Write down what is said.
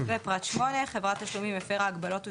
ופרט 8: "חברת תשלומים הפרה הגבלות או